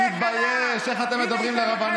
בבקשה, לך אליו, תתבייש, איך אתם מדברים לרבנים.